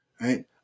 right